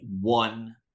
one